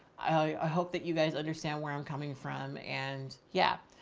i hope that you guys understand where i'm coming from and yeah.